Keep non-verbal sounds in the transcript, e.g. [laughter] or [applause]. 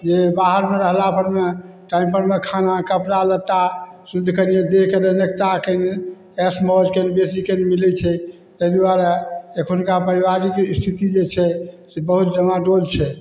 जे बाहरमे रहला परमे टाइम परमे खाना कपड़ा लत्ता [unintelligible] ऐश मौज कनि बेसीके मिलै छै ताहि दुआरे एखुनका परिवार जेकि स्थिति जे छै से बहुत डमाडोल छै